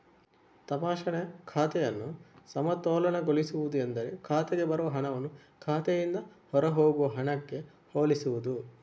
ತಪಾಸಣೆ ಖಾತೆಯನ್ನು ಸಮತೋಲನಗೊಳಿಸುವುದು ಎಂದರೆ ಖಾತೆಗೆ ಬರುವ ಹಣವನ್ನು ಖಾತೆಯಿಂದ ಹೊರಹೋಗುವ ಹಣಕ್ಕೆ ಹೋಲಿಸುವುದು